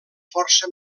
força